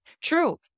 True